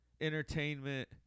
entertainment